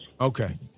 Okay